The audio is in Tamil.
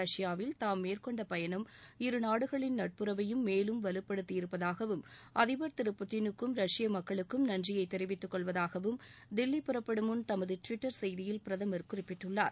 ரஷ்யாவில் தாம் மேற்கொண்டபயணம் இரு நாடுகளின் நட்புறவையும் மேலும் வலுப்படுத்தியிருப்பதாகவும் அதிபர் திரு புட்டினுக்கும் ரஷ்ய மக்களுக்கும் நன்றியைதெரிவித்துக் கொள்வதாகவும் தில்லிபுறப்படும் முன் தமதுடுவிட்டர் செய்தியில் பிரதமர் குறிப்பிட்டுள்ளார்